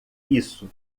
isso